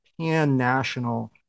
pan-national